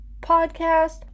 podcast